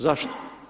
Zašto?